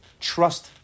trust